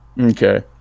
Okay